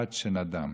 עד שנדם.